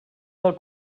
del